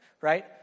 Right